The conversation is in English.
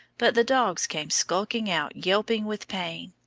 but the dogs came skulking out yelping with pain.